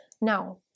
Now